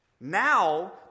Now